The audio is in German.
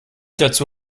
dazu